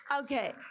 Okay